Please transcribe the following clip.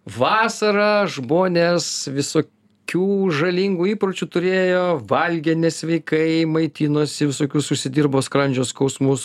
vasara žmonės visokių žalingų įpročių turėjo valgė nesveikai maitinosi visokius užsidirbo skrandžio skausmus